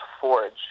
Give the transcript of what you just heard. Forge